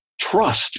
trust